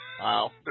Wow